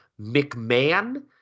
McMahon